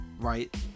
Right